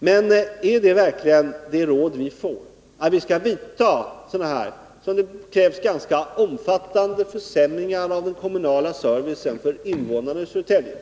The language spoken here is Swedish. Men är det verkligen det rådet vi får, att vi skall vidta sådana ganska omfattande försämringar i den kommunala servicen för invånarna i Södertälje?